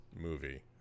movie